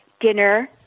dinner